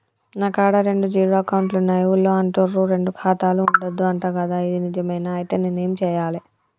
నా కాడా రెండు జీరో అకౌంట్లున్నాయి ఊళ్ళో అంటుర్రు రెండు ఖాతాలు ఉండద్దు అంట గదా ఇది నిజమేనా? ఐతే నేనేం చేయాలే?